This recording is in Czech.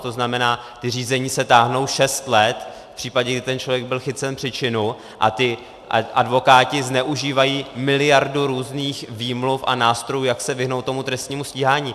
To znamená, ta řízení se táhnou šest let v případě, že ten člověk byl chycen při činu, a ti advokáti zneužívají miliardu různých výmluv a nástrojů, jak se vyhnout trestnímu stíhání.